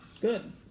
Good